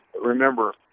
remember